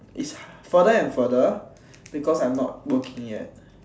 it's further and further because I am not working yet